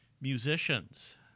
musicians